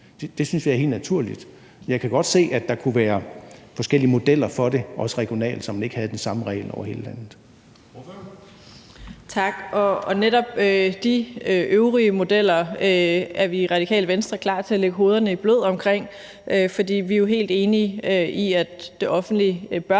Det synes vi er helt naturligt. Jeg kan godt se, at der kunne være forskellige modeller for det regionalt, så man ikke havde den samme regel over hele landet.